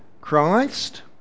Christ